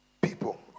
people